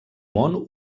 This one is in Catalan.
món